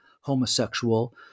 homosexual